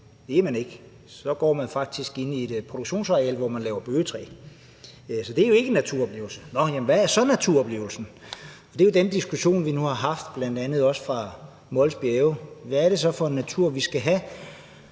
det er man ikke, for man går faktisk på et produktionsareal, hvor man laver bøgetræ. Så det er jo ikke en naturoplevelse. Men hvad er så en naturoplevelse? Det er jo den diskussion, vi bl.a. nu har haft i forhold til Mols Bjerge. Hvad er det så for en natur, vi skal have,